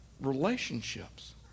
relationships